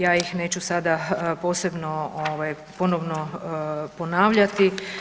Ja ih neću sada posebno ponovno ponavljati.